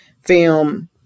film